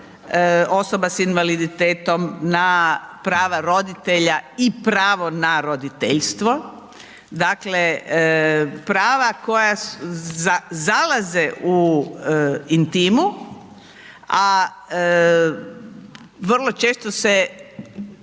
osoba s invaliditetom, na prava roditelja i pravo na roditeljstvo. Dakle, prava koja zalaze u intimu, a vrlo često se